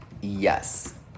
Yes